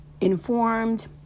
informed